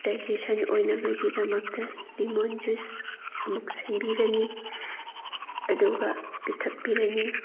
digestion ꯑꯣꯏꯅꯕꯒꯤꯗꯃꯛꯇ lemon juice ꯑꯃꯨꯛ ꯁꯦꯝꯕꯤꯔꯅꯤ ꯑꯗꯨꯒ ꯄꯤꯊꯛꯄꯤꯔꯅꯤ